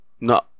no